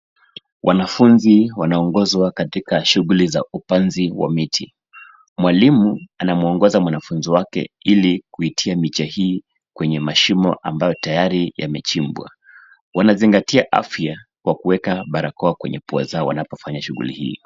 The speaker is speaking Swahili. Wanafunzi wanaongozwa katika shughuli za upanzi wa miti. Mwalimu anamwongoxa mwanafunzi wake ili kiitia miche hii kwenye mashimo ambayo tayari yamechimbwa. Wanazingatia afya kwa kuweka barakoa kwenye pua zao wanapofanya shughuli hii.